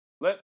Let